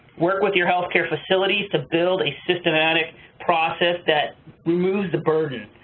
work with your healthcare facilities to build a systematic process that removes the burden.